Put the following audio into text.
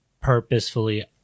purposefully